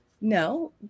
No